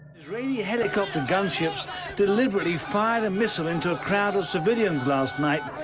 israeli helicopter gunships deliberately fired a missile into a crowd of civilians last night,